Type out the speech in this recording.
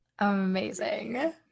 Amazing